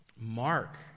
mark